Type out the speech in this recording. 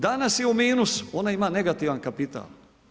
Danas je u minusu, ona ima negativan kapital.